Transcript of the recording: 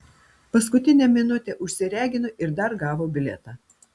paskutinę minutę užsiregino ir dar gavo bilietą